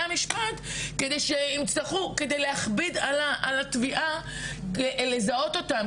המשפט כדי להכביד על התביעה כדי לזהות אותם,